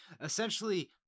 essentially